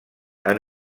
han